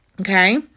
Okay